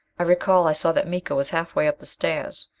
i recall i saw that miko was halfway up the stairs.